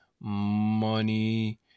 money